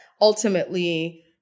ultimately